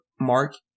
mark